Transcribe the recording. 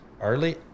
early